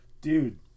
Dude